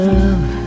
love